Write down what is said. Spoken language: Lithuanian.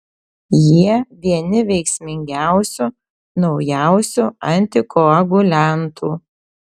jie vieni veiksmingiausių naujausių antikoaguliantų